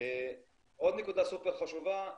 עוד נקודה סופר חשובה.